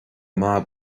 maith